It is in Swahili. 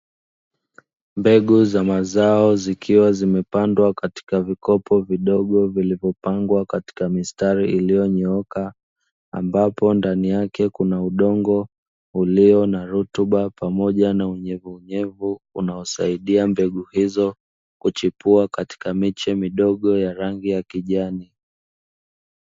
Mbegu za mazao zikiwa zimepandwa katika vikopo vidogo vilivyopangwa katika mistari iliyonyooka, ambapo ndani yake kuna udongo ulio na rutuba pamoja na unyevunyevu, unaosaidia mbegu hizo kuchipua katika miche midogo ya rangi ya kijani.